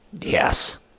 Yes